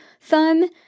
thumb